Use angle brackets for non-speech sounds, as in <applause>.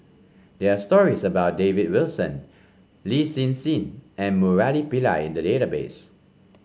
there are stories about David Wilson Lin Hsin Hsin and Murali <noise> Pillai in the database